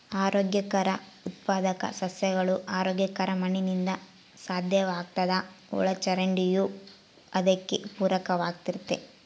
ಆರೋಗ್ಯಕರ ಉತ್ಪಾದಕ ಸಸ್ಯಗಳು ಆರೋಗ್ಯಕರ ಮಣ್ಣಿನಿಂದ ಸಾಧ್ಯವಾಗ್ತದ ಒಳಚರಂಡಿಯೂ ಅದಕ್ಕೆ ಪೂರಕವಾಗಿರ್ತತೆ